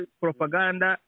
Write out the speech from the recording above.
propaganda